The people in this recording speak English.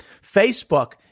Facebook